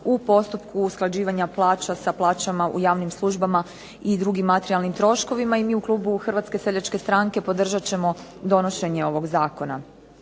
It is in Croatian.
u postupku usklađivanja plaća sa plaćama u javnim službama i drugim materijalnim troškovima. I mi u klubu HSS-a podržat ćemo donošenje ovog zakona.